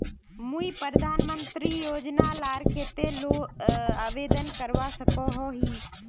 मुई प्रधानमंत्री योजना लार केते आवेदन करवा सकोहो ही?